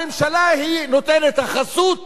הממשלה היא נותנת החסות